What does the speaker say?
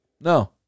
No